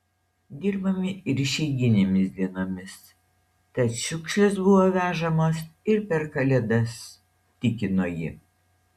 dirbame ir išeiginėmis dienomis tad šiukšlės buvo vežamos ir per kalėdas tikino ji